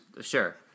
Sure